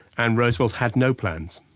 and roosevelt had no plans.